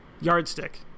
yardstick